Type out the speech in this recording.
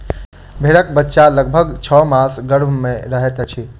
भेंड़क बच्चा लगभग छौ मास गर्भ मे रहैत छै